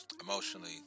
emotionally